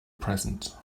present